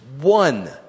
one